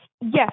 yes